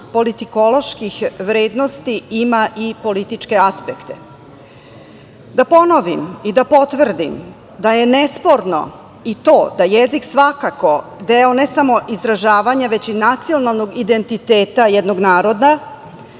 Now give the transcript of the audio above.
politikoloških vrednosti, i političke aspekte. Da ponovim i da potvrdim, nesporno je i to da je jezik svakako deo ne samo izražavanja, već i nacionalnog identiteta jednog naroda